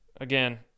Again